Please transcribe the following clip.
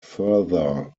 further